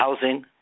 housing